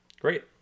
Great